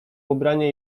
ubranie